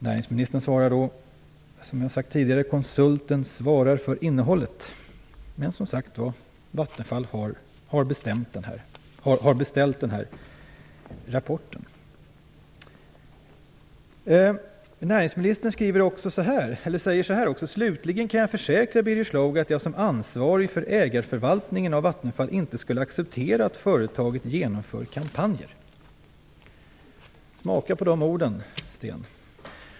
Näringsministern svarar då att konsulten svarar för innehållet. Men det är Vattenfall som har beställt rapporten. Näringsministern säger också i sitt svar: "Slutligen kan jag försäkra Birger Schlaug, att jag som ansvarig för ägarförvaltningen av Vattenfall inte skulle acceptera att företaget genomför några kampanjer -". Smaka på de orden, Sten Heckscher!